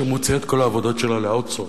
שמוציאה את כל העבודות שלה ל-outsourcing,